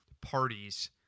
parties